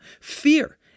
Fear